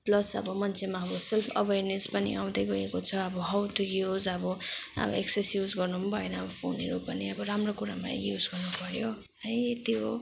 plus अब मान्छेमा अब सेल्फ अवेरनेस पनि आउँदै गएको छ हाउ टु युज अब एक्सेस युज गर्नु पनि भएन अब फोनहरू पनि अब राम्रो कुरामै युज गर्नु पऱ्यो है यति हो